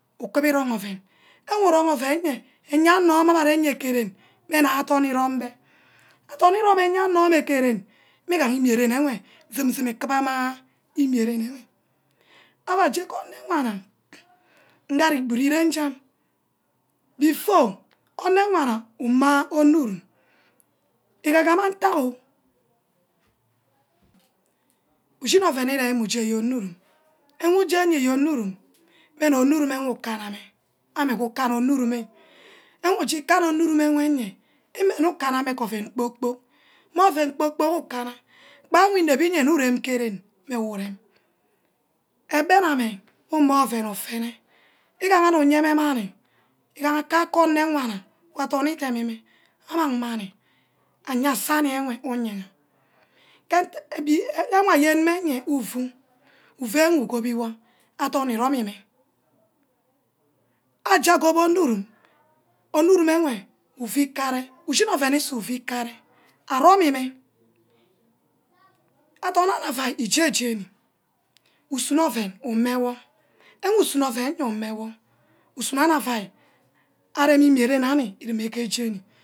. ukuba ironk ouen who uronk ouen iye anyanwo ke ren mme je adorn irom beh ardon irom anyawo ke ren mmigan ke ren ewe zoom zoom ikibama ke aua je ke enewana nge ari good irenna before ane wana umah ornurum igagama ntack o ushini ouen wor ureme uje aye ornurum ke woh uje aye onurum mme je ornurum ukaname qme ame nge ukana urnurume ame uju kana wey ne imenne ukaname ouen kpor kporkl meh ouen kpor kpork ukana gbang wor ireme ju kaname ke ren whoi rem egbenne ame imor ouen ufene igaha nnu yeme manni ugaha kake enewana adorn idemime au mang manni aye sani ewe ke wor mme ufu ufeye ugobiwor adorn iromime aje gobbi ornurum ornurum ewe ufu kanni ushinere ouen usu ufu kanni arome meh ardon abbah uia ije jrni usuno ouen umeh woh enye usuno ananuia arem imeren ke jeni